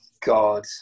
god